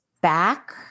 back